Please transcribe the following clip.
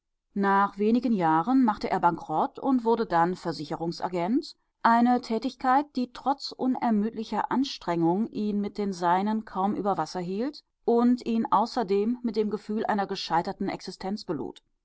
nach wenigen jahren machte er bankrott und wurde dann versicherungsagent eine tätigkeit die trotz unermüdlicher anstrengung ihn mit den seinen kaum über wasser hielt und ihn außerdem mit dem gefühl einer gescheiterten existenz